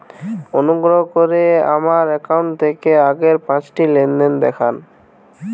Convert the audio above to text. অনুগ্রহ করে আমার অ্যাকাউন্ট থেকে আগের পাঁচটি লেনদেন দেখান